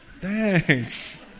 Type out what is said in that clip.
Thanks